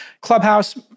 Clubhouse